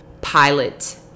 Pilot